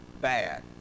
Bad